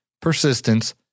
persistence